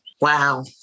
Wow